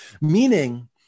Meaning